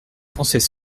pensais